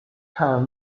can